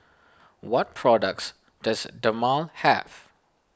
what products does Dermale have